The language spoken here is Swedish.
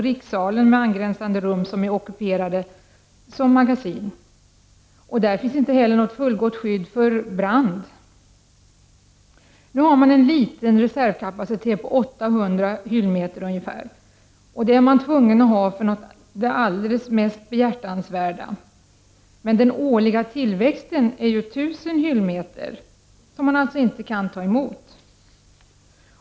Rikssalen med angränsande rum är alltså ockuperade som magasin. Där finns inte heller något fullgott skydd mot t.ex. brand. Nu finns det en liten reservkapacitet på ca 800 hyllmeter som är nödvändig att ha för det alldeles mest behjärtansvärda. Den årliga tillväxten är ca 1 000 hyllmeter, och detta kan man alltså inte ta emot.